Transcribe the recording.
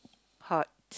part